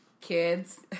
Kids